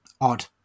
odd